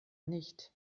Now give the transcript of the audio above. nicht